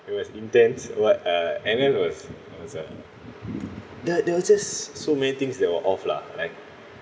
it was intense what ah and then it was it was uh there there were just so many things that were off lah like